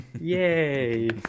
yay